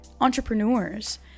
entrepreneurs